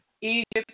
Egypt